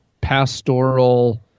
pastoral